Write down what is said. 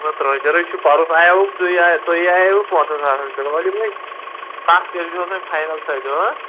نہ دروٚجر حظ چھُ پَرُس آیاوُکھ ژٕ تُہۍ آیاوُکھ پانٛژَن ساسَن پٮ۪ٹھ ؤلِو وۅنۍ سَتھ کیٛازِ وٕچھو وۅنۍ فاینَل تھٲے زیو